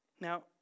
Now